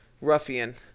ruffian